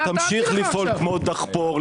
אבל תמשיך לפעול כמו דחפור,